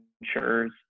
insurers